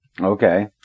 Okay